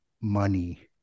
money